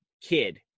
kid